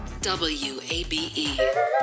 WABE